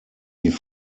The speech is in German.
die